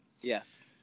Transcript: Yes